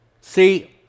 See